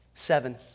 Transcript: Seven